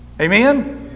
Amen